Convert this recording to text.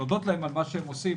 ולהודות להם על מה שהם עושים.